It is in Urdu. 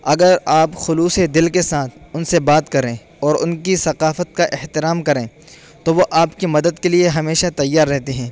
اگر آپ خلوص دل کے ساتھ ان سے بات کریں اور ان کی ثقافت کا احترام کریں تو وہ آپ کی مدد کے لیے ہمیشہ تیار رہتے ہیں